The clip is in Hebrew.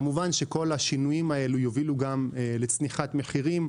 כמובן, כל השינויים האלה יובילו לצניחת מחירים.